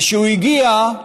וכשהוא הגיע,